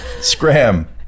Scram